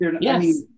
Yes